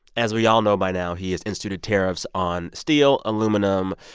as we all know by now, he has instituted tariffs on steel, aluminum,